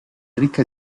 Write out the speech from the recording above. ricca